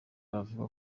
aravuga